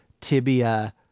tibia